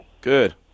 Good